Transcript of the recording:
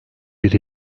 bir